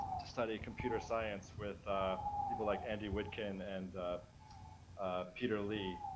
to study computer science with people like andy witkin and peter lee,